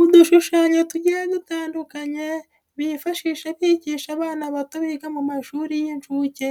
Udushushanyo tugiye dutandukanye bifashisha bigisha abana bato biga mu mashuri y'inshuke,